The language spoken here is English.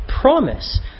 promise